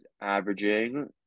averaging